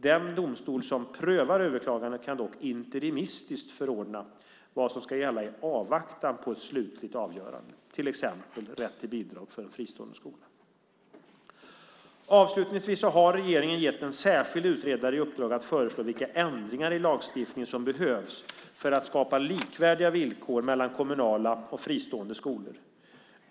Den domstol som prövar överklagandet kan dock interimistiskt förordna vad som ska gälla i avvaktan på slutgiltigt avgörande, till exempel rätt till bidrag för en fristående skola. Avslutningsvis har regeringen gett en särskild utredare i uppdrag att föreslå vilka ändringar i lagstiftningen som behövs för att skapa likvärdiga villkor mellan kommunala och fristående skolor.